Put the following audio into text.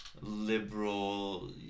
liberal